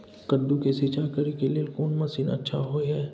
कद्दू के सिंचाई करे के लेल कोन मसीन अच्छा होय है?